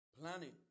Planning